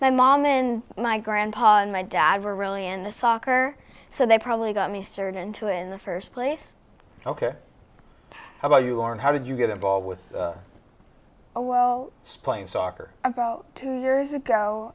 my mom in my grandpa and my dad were really into soccer so they probably got me certain to in the first place ok how about you are and how did you get involved with a well splaying soccer about two years ago